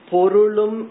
Porulum